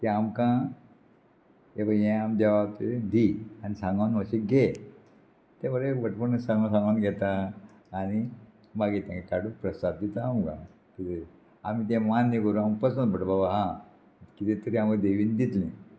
की आमकां हें पय हें आमी देवाक दी आनी सांगोन अशें घे ते बरे भटमाम सांगून सांगोन घेता आनी मागीर तेंगे काडू प्रसाद दिता आमकां कितें आमी तें मान्य करूं आमी प्रसाद भटबाबा आं कितें तरी हांव देवीन दितलें